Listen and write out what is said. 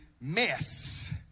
mess